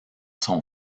son